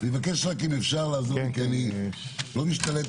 לא אמרנו לכם